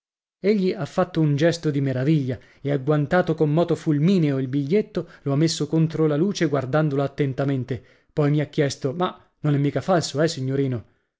ginocchia egli ha fatto un gesto di meraviglia e agguantato con moto fulmineo il biglietto lo ha messo contro la luce guardandolo attentamente poi mi ha chiesto ma non è mica falso eh signorino